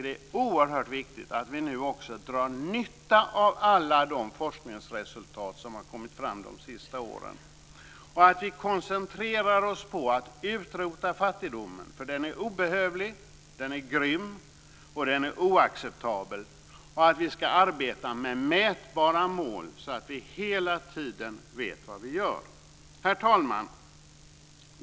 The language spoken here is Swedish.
Det är oerhört viktigt att vi nu också drar nytta av alla de forskningsresultat som har kommit fram de senaste åren och att vi koncentrerar oss på att utrota fattigdomen - den är obehövlig, grym och oacceptabel - och på att arbeta med mätbara mål så att vi hela tiden vet vad vi gör. Herr talman!